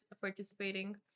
participating